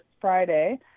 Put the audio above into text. Friday